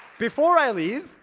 before i leave,